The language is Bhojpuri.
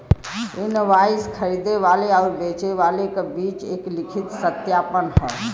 इनवाइस खरीदे वाले आउर बेचे वाले क बीच एक लिखित सत्यापन हौ